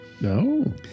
No